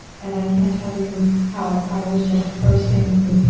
and i can't tell you how i was just bursting with pride.